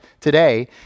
today